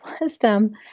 wisdom